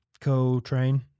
co-train